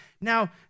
Now